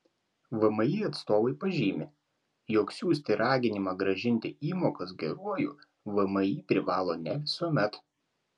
vmi atstovai pažymi jog siųsti raginimą grąžinti įmokas geruoju vmi privalo ne visuomet